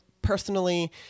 personally